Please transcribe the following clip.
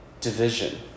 division